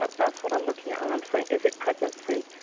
ah that's what i'm looking at, and i'm saying is it pregnancy